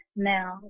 Now